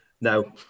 No